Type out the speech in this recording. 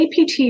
APT